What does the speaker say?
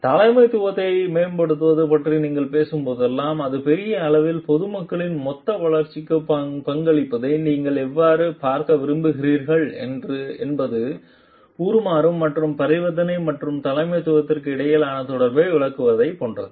தலைமைத்துவத்தை மேம்படுத்துவது பற்றி நீங்கள் பேசும்போதெல்லாம் அது பெரிய அளவில் பொதுமக்களின் மொத்த வளர்ச்சிக்கு பங்களிப்பதை நீங்கள் எவ்வாறு பார்க்க விரும்புகிறீர்கள் என்பது உருமாறும் மற்றும் பரிவர்த்தனை மற்றும் தலைமைத்துவத்திற்கு இடையிலான தொடர்பை விரிவாக்குவது போன்றது